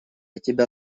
тебя